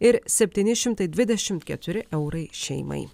ir septyni šimtai dvidešimt keturi eurai šeimai